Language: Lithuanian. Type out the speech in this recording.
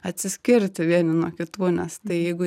atsiskirti vieni nuo kitų nes tai jeigu